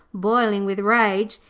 boiling with rage.